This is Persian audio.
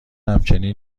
همچنین